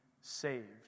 saved